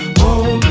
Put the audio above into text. home